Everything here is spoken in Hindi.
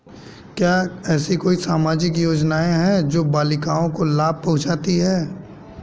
क्या ऐसी कोई सामाजिक योजनाएँ हैं जो बालिकाओं को लाभ पहुँचाती हैं?